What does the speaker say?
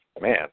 Man